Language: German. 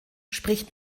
spricht